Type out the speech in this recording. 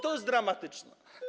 To jest dramatyczne.